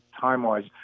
time-wise